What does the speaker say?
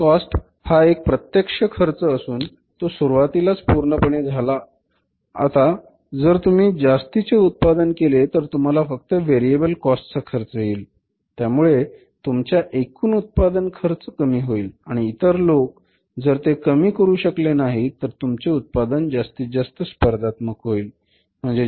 fix cost हा एक प्रत्यक्ष खर्च असून तो सुरुवातीलाच पूर्णपणे झाला आता जर तुम्ही जास्तीचे उत्पादन केले तर तुम्हाला फक्त व्हेरिएबल कॉस्ट चा खर्च येईल त्यामुळे तुमच्या एकूण उत्पादन खर्च कमी होईल आणि इतर लोक जर ते कमी करू शकले नाहीत तर तुमचे उत्पादन जास्तीत जास्त स्पर्धात्मक होईल